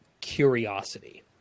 curiosity